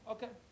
Okay